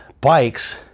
bikes